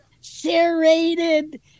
serrated